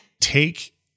take